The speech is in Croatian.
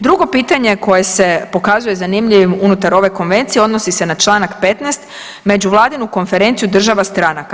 Drugo pitanje koje se pokazuje zanimljivim unutar ove konvencije odnosi se na čl. 15., međuvladinu konferenciju država stranaka.